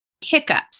hiccups